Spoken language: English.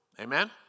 Amen